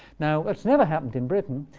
now, that's never happened in britain.